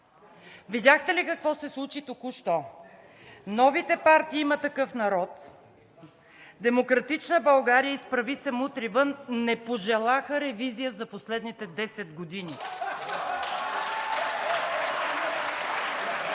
Видяхте ли какво се случи току-що? Новите партии „Има такъв народ“, „Демократична България“ и „Изправи се! Мутри вън!“ не пожелаха ревизия за последните десет години. (Шум